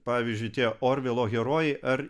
pavyzdžiui tie orvelo herojai ar